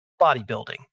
bodybuilding